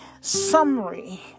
summary